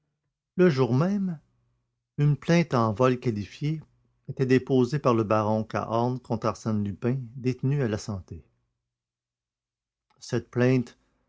le jour même une plainte en vol qualifié était déposée par le baron de cahorn contre arsène lupin détenu à la santé cette plainte